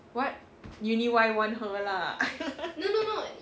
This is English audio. what uni Y want her lah